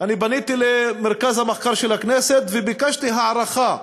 אני פניתי למרכז המחקר והמידע של הכנסת וביקשתי הערכה,